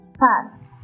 past